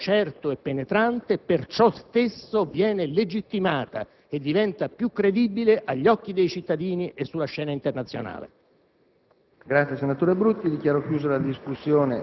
Un'*intelligence* che sia sottoposta ad un controllo certo e penetrante per ciò stesso viene legittimata e diventa più credibile agli occhi dei cittadini e sulla scena internazionale.